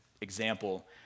example